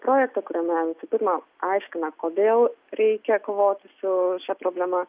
projektą kuriame visų pirma aiškina kodėl reikia kovoti su šia problema